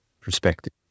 perspective